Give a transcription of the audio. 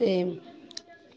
ते